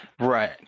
Right